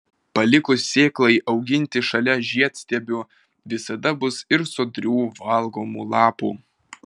palikus sėklai auginti šalia žiedstiebių visada bus ir sodrių valgomų lapų